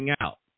out